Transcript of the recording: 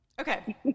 Okay